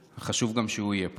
חשוב שגם הוא יהיה פה.